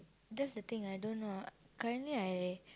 that's the thing I don't know currently I